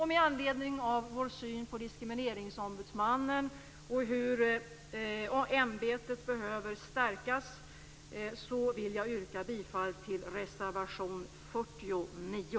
Med anledning av vår syn på Diskrimineringsombudsmannen och på hur ämbetet behöver stärkas yrkar jag bifall till reservation 49.